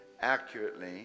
accurately